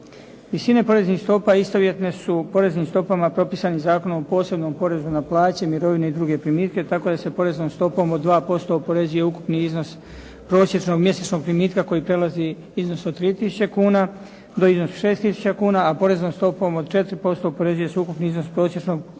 Visine poreznih stopa istovjetne su poreznim stopama propisanim Zakonom o posebnom porezu na plaće, mirovine i druge primitke tako da se poreznom stopom od 2% oporezuje ukupni iznos prosječnog mjesečnog primitka koji prelazi iznos od 3 tisuće kuna do iznosa 6 tisuća kuna, a poreznom stopom od 4% oporezuje se ukupni iznos prosječnog mjesečnog